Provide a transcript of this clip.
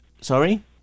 Sorry